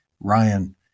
Ryan